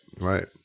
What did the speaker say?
right